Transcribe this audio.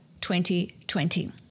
2020